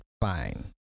Fine